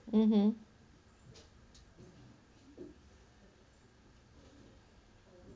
mmhmm